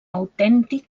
autèntic